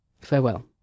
Farewell